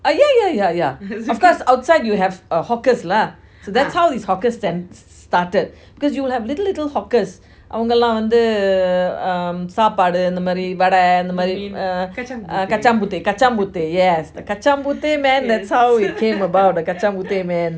ah yeah yeah yeah yeah of course outside you have hawkers lah that's how these hawker stan~ started because you'll have little little hawkers வாங்கலாம் வந்து சாப்பாடு அந்த மாறி வாடா அந்த மாறி:avangalam vanthu sapadu antha maari vada antha maari kacang puteh kacang puteh yes the kacang puteh man that's how it came about the kacang puteh man